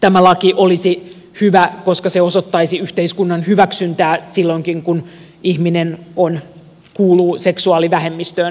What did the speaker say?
tämä laki olisi hyvä koska se osoittaisi yhteiskunnan hyväksyntää silloinkin kun ihminen kuuluu seksuaalivähemmistöön